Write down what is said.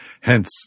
Hence